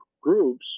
groups